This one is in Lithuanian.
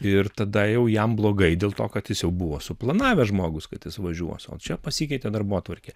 ir tada jau jam blogai dėl to kad jis jau buvo suplanavęs žmogus kad jis važiuos o čia pasikeitė darbotvarkė